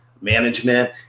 Management